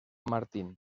martín